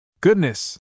Goodness